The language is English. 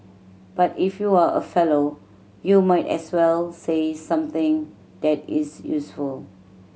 but if you are a fellow you might as well say something that is useful